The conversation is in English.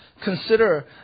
Consider